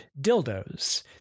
dildos